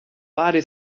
pary